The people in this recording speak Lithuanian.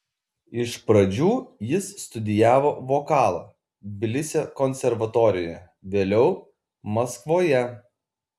iš pradžių jis studijavo vokalą tbilisio konservatorijoje vėliau maskvoje